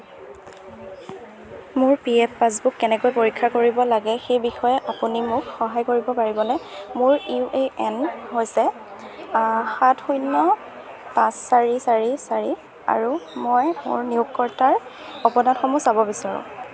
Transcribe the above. মোৰ P F passbook কেনেকৈ পৰীক্ষা কৰিব লাগে সেই বিষয়ে আপুনি মোক সহায় কৰিব পাৰিবনে মোৰ ইউ এ এন হৈছে সাত শূন্য পাঁচ চাৰি চাৰি চাৰি আৰু মই মোৰ নিয়োগকৰ্তাৰ অৱদানসমূহ চাব বিচাৰোঁ